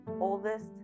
oldest